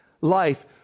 life